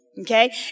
okay